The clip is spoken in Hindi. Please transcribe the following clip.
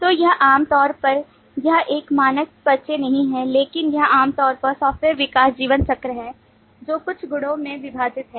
तो यह आम तौर पर यह एक मानक पर्चे नहीं है लेकिन यह आम तौर पर सॉफ्टवेयर विकास जीवनचक्र है जो कुछ चरणों में विभाजित है